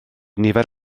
nifer